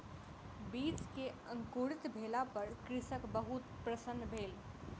बीज के अंकुरित भेला पर कृषक बहुत प्रसन्न भेल